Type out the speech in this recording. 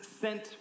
sent